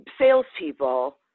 salespeople